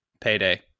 Payday